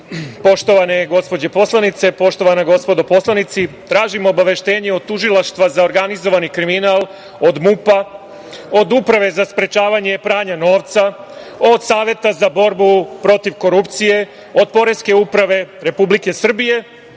poštovane gospođe poslanice, poštovana gospodo poslanici, tražim obaveštenje od Tužilaštva za organizovani kriminal, od MUP-a, od Uprave za sprečavanje pranja novca, od Saveta za borbu protiv korupcije, od Poreske uprave Republike Srbije